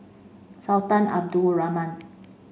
Sultan Abdul Rahman